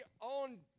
on